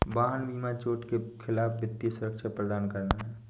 वाहन बीमा चोट के खिलाफ वित्तीय सुरक्षा प्रदान करना है